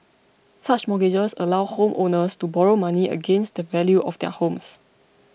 such mortgages allow homeowners to borrow money against the value of their homes